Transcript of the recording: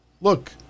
look